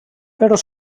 però